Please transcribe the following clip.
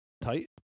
tight